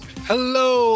hello